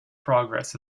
progress